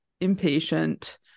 impatient